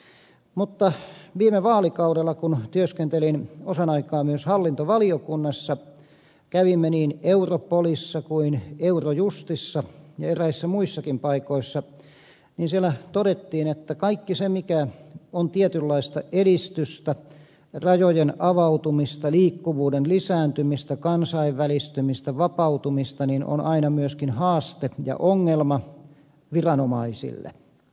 mutta viime vaalikaudella kun työskentelin osan aikaa myös hallintovaliokunnassa kävimme niin europolissa kuin eurojustissa ja eräissä muissakin paikoissa ja siellä todettiin että kaikki se mikä on tietynlaista edistystä rajojen avautumista liikkuvuuden lisääntymistä kansainvälistymistä vapautumista on aina myöskin haaste ja ongelma viranomaisille